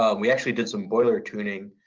ah we actually did some boiler tuning